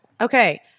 Okay